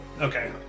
Okay